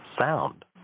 sound